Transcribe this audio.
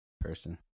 person